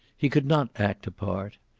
he could not act a part.